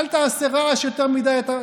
אל תעשה יותר מדי רעש.